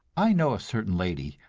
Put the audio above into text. i know a certain lady,